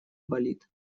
болит